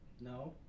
No